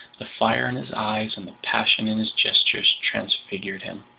the fire in his eyes and the passion in his gestures transfigured him.